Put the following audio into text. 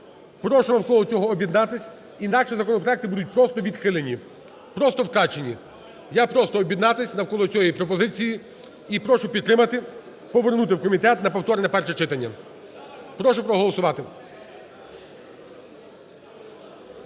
Прошу навколо цього об'єднатися, інакше законопроекти будуть просто відхилені, просто втрачені, я просто об'єднатися навколо цієї пропозиції і прошу підтримати, повернути в комітет на повторне перше читання. Прошу проголосувати.